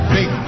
Big